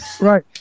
right